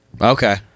Okay